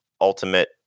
ultimate